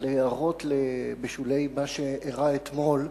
הערות בשולי מה שאירע אתמול: